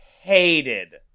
hated